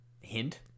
Hint